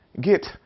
get